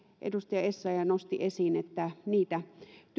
edustaja essayah nosti esiin niitä